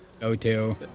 go-to